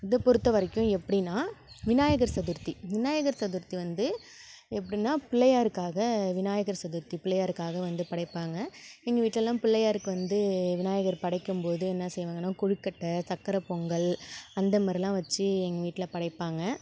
இதை பொறுத்த வரைக்கும் எப்படின்னா விநாயகர் சதுர்த்தி விநாயகர் சதுர்த்தி வந்து எப்படின்னா பிள்ளையாருக்காக விநாயகர் சதுர்த்தி பிள்ளையாருக்காக வந்து படைப்பாங்க எங்கள் வீட்டில் எல்லாம் பிள்ளையாருக்கு வந்து விநாயகர் படைக்கும் போது என்ன செய்வாங்கன்னா கொழுக்கட்டை சக்கரைப் பொங்கல் அந்தமாதிரில்லாம் வச்சு எங்கள் வீட்டில் படைப்பாங்க